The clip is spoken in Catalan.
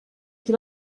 qui